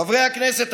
חברי הכנסת.